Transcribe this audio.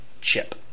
Chip